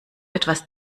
etwas